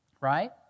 Right